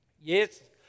Yes